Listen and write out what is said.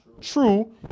true